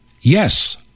yes